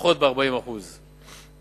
ב-40% לפחות.